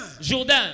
Jourdain